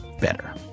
better